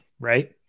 Right